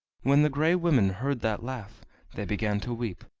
when the gray women heard that laugh they began to weep,